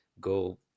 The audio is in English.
go